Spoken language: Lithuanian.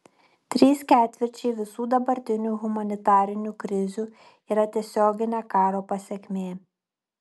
trys ketvirčiai visų dabartinių humanitarinių krizių yra tiesioginė karo pasekmė